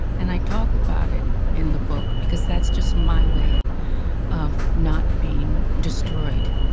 and i talk about it in the book because that's just my way of not being destroyed,